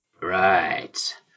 Right